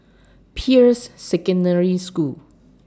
Peirce Secondary School